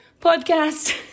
Podcast